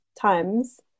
times